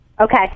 Okay